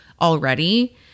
already